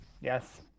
yes